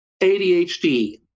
ADHD